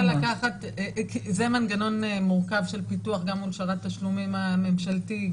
כי זה מנגנון מורכב של פיתוח גם מול שרת התשלומים הממשלתי,